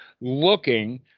looking